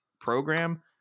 program